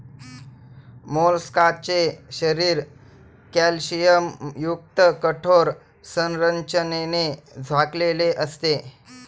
मोलस्काचे शरीर कॅल्शियमयुक्त कठोर संरचनेने झाकलेले असते